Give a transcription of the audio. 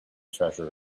treasure